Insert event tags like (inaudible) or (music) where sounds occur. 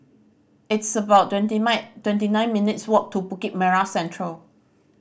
it's about twenty (unintelligible) twenty nine minutes' walk to Bukit Merah Central